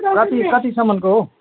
कति कतिसम्म को हो